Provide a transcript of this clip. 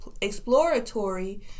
exploratory